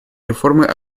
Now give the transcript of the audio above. реформой